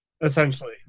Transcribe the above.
essentially